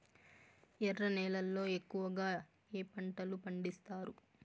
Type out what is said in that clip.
ఎర్ర నేలల్లో ఎక్కువగా ఏ పంటలు పండిస్తారు